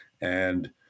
and-